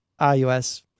iOS